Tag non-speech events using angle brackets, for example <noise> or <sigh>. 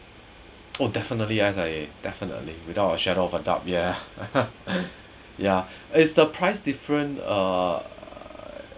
oh definitely yes I definitely without a shadow of doubt ya <laughs> ya it's the price difference uh